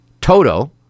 Toto